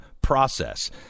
process